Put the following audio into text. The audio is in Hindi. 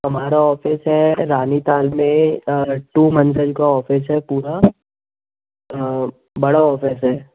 हमारा ऑफिस है रानी ताल में टू मंज़िल का ऑफिस है पूरा बड़ा ऑफिस है